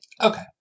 okay